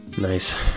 nice